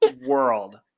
world